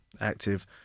active